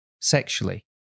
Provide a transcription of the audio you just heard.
sexually